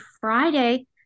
Friday